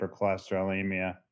hypercholesterolemia